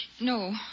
No